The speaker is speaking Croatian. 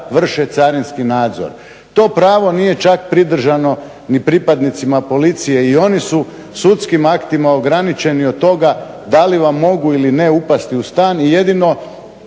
vrše carinski nadzor. To pravo nije čak pridržano ni pripadnicima policije i oni su sudskim aktima ograničeni od toga da li vam mogu ili ne upasti u stan i jedino